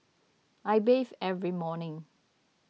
I bathe every morning